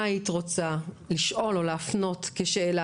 מה היית רוצה לשאול או להפנות כשאלה,